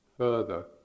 further